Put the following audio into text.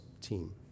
team